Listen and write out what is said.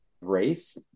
race